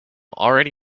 already